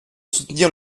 soutenir